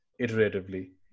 iteratively